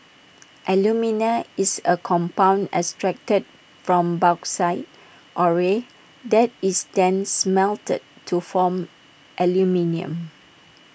alumina is A compound extracted from bauxite ore that is then smelted to form aluminium